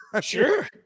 Sure